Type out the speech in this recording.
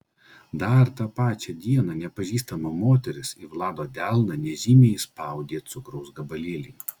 dar tą pačią dieną nepažįstama moteris į vlado delną nežymiai įspaudė cukraus gabalėlį